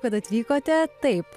kad atvykote taip